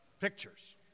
pictures